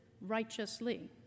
righteously